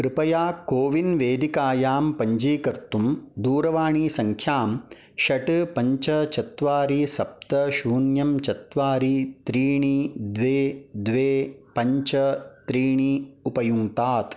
कृपया कोविन् वेदिकायां पञ्जीकर्तुं दूरवाणीसङ्ख्यां षट् पञ्च चत्वारि सप्त शून्यं चत्वारि त्रीणि द्वे द्वे पञ्च त्रीणि उपयुङ्क्तात्